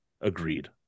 agreed